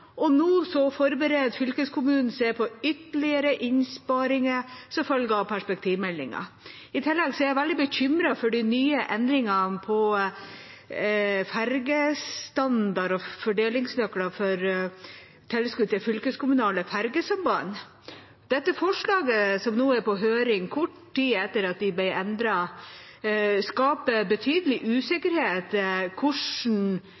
forbereder fylkeskommunen seg på ytterligere innsparinger som følge av perspektivmeldinga. I tillegg er jeg veldig bekymret for de nye endringene på fergestandarder og fordelingsnøkler for tilskudd til fylkeskommunale fergesamband. Det forslaget som nå er på høring, kort tid etter at de ble endret, skaper betydelig usikkerhet om hvordan